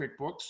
QuickBooks